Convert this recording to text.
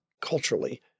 culturally